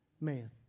Man